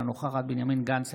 אינה נוכחת בנימין גנץ,